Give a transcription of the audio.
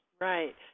Right